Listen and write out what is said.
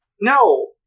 No